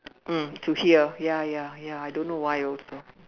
mm to hear ya ya ya I don't know why also